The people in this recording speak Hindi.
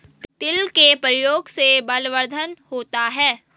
तिल के प्रयोग से बलवर्धन होता है